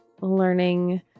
learning